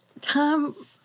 Tom